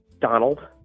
Donald